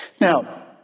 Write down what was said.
Now